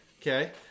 Okay